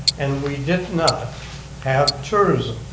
and we did not have tourism.